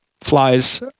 flies